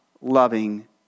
loving